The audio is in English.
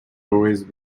always